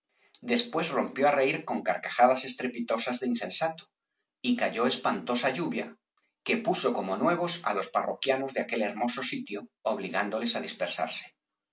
después rompió á reir con carcajadas estrepitosas de insensato y cayó espantosa lluvia que puso como nue vos á los parroquianos de aquel hermoso sitio obligándoles á dispersarse